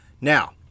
Now